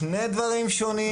שני דברים שונים.